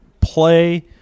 play